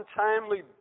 untimely